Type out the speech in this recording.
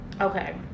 Okay